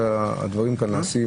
שהדברים כאן לא נעשים